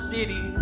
City